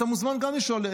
אתה מוזמן גם לשאול,